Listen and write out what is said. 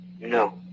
No